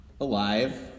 alive